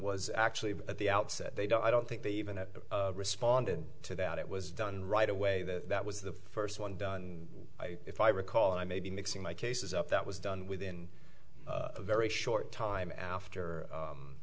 was actually at the outset they don't i don't think they even responded to that it was done right away that that was the first one done if i recall and i may be mixing my cases up that was done within a very short time